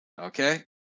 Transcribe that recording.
okay